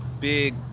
big